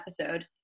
episode